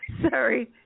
Sorry